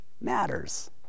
matters